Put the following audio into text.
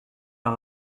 par